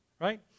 right